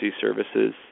services